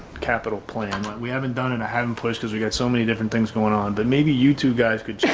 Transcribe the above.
capital plan. we haven't done and i haven't pushed cause we got so many different things going on. but maybe you two guys could you